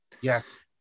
Yes